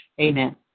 Amen